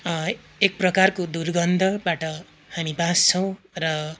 एक प्रकारको दुर्गन्धबाट हामी बाँच्छौँ र